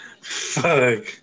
Fuck